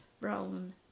brown